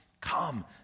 Come